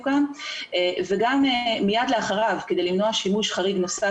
כאן וגם מיד לאחריו כדי למנוע שימוש חריג נוסף,